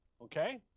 okay